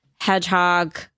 hedgehog